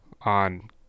on